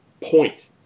point